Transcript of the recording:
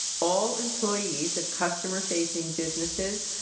all employees of customer facing businesses,